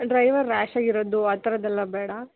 driver rash ಆಗಿರೋದು ಆ ಥರದ್ದೆಲ್ಲ ಬೇಡ